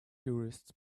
tourists